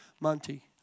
Monty